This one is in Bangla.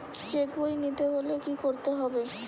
চেক বই নিতে হলে কি করতে হবে?